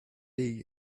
dvd